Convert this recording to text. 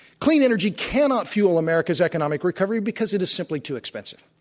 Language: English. clean energy cannot fuel america's economic recovery because it is simply too expensive.